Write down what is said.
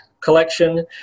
collection